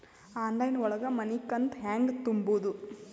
Online ಒಳಗ ಮನಿಕಂತ ಹ್ಯಾಂಗ ತುಂಬುದು?